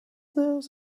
knows